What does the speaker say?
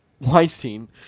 Weinstein